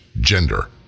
gender